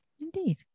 indeed